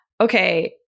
okay